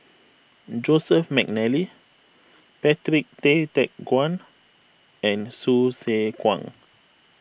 Joseph McNally Patrick Tay Teck Guan and Hsu Tse Kwang